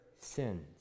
sins